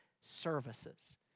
services